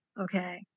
Okay